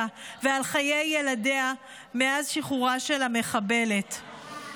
ועל חיי ילדיה מאז שחרורה של המחבלת.